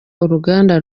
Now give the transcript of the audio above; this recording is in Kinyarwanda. uruganda